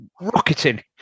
rocketing